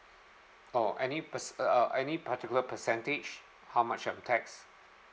oh any perc~ uh any particular percentage how much I'm tax